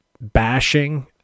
bashing